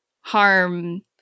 harm